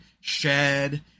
shed